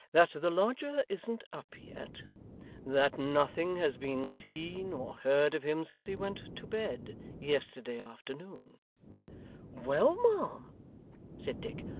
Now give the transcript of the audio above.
that the lodger isn't up yet that nothing has been seen or heard of him since he went to bed yesterday afternoon well, ma'am said dick,